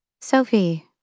Sophie